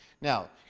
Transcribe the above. Now